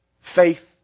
Faith